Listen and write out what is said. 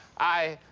i.